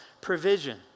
provision